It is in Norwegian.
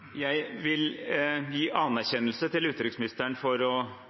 Jeg vil gi anerkjennelse til utenriksministeren for å